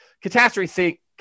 catastrophe